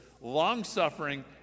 long-suffering